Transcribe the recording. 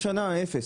אפס.